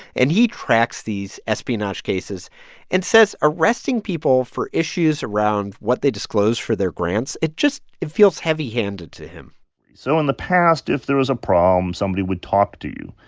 and he tracks these espionage cases and says arresting people for issues around what they disclose for their grants, it just it feels heavy-handed to him so in the past, if there was a problem, somebody would talk to you.